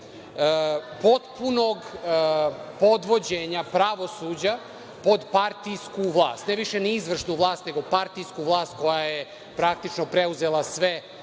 potpunog podvođenja pravosuđa pod partijsku vlast. Ne više ni izvršnu vlast, nego partijsku vlast koja je praktično preuzela sve